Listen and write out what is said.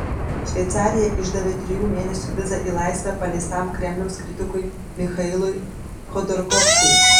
šveicarija išdavė trijų mėnesių vizą į laisvę paleistam kremliaus kritikui michailui chodorkovskiui